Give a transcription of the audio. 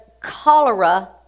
cholera